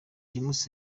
james